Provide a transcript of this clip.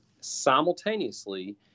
simultaneously